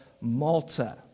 Malta